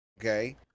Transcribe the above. Okay